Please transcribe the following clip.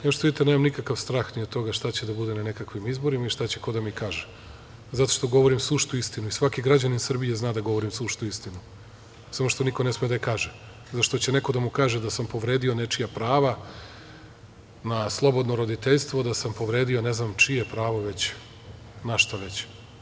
Kao što vidite, nemam nikakav strah ni od toga šta će da bude na nekakvim izborima i šta će ko da mi kaže zato što govorim suštu istinu i svaki građanin Srbije zna da govorim suštu istinu, samo što ne sme niko da je kaže, zato što će neko da mu kaže da sam povredio nečija prava na slobodno roditeljstvo, da sam povredio ne znam čije pravo na šta već.